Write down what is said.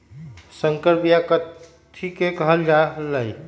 संकर बिया कथि के कहल जा लई?